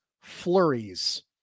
flurries